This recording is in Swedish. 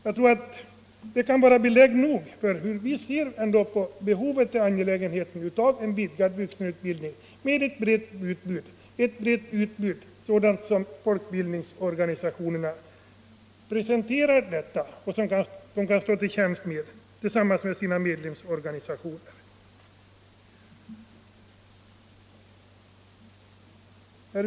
Jag tror att det kan vara belägg nog för hur vi ser på behovet och angelägenheten av en vidgad vuxenutbildning med ett brett utbud, sådant som folkbildningsorganisationerna kan stå till tjänst med tillsammans med sina medlemsorganisationer.